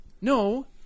No